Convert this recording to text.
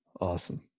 Awesome